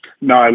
No